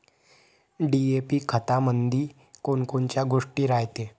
DAP खतामंदी कोनकोनच्या गोष्टी रायते?